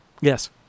Yes